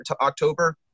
October